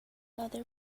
other